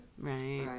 Right